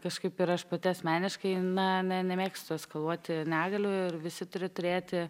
kažkaip ir aš pati asmeniškai na ne nemėgstu eskaluoti negalių ir visi turi turėti